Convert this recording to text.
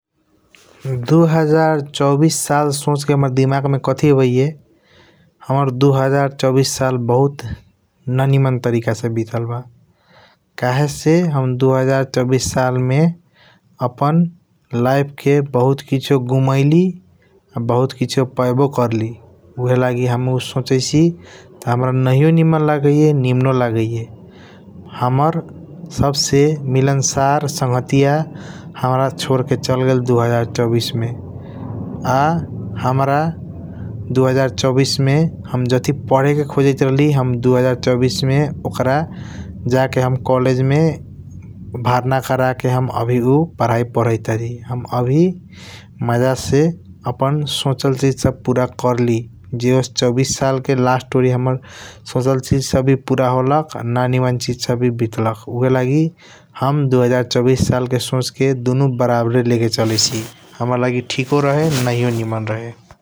दु हजार चौबीस साल सोच के हाम्रा दिमाग मे कथी आबाइया हाम्रा दु हजर चौबीस साल बहुत ननीमन तरीका से भीतल बा । कहेसे दु हजर चौबीस साल मे अपना लाइफ के बहुत किसियों गुमाइली आ बहुत किसीओ पायाबू कर्ली उहएललगी । उ हम सोचैसि हाम्रा नहियों निमन लागैया निमनू लागैया हाम्रा सब से मिलन सर संघटिया हाम्रा सोरके चल गेल दु हजार चौबीस मे । आ हाम्रा दु हजर चौबीस मे हम जातही पढे खोजाइट राहली हम दु हजर चौबीस मे ओकर जा के हम कॉलेज मे वरना करके अवि हम । हम आवी मज़ा से अपना सोचल चीज वी पूरा कर्ली ज होस चौबीस साल के लस्त ओरई हाम्रा सोचल चीज सब वी पूरा होलख आ ननिम्न चीज सब वी भीतल्ख । ऊहएलगी हम दु हजर चौबीस साल के सोच के दुनु बराबर लेके चलाईसी हाम्रा लागि थिकोओ रहे नहियों निमन रहे ।